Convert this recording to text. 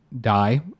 die